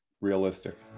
realistic